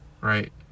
right